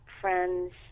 friends